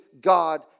God